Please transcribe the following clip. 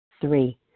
three